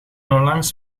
onlangs